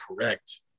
correct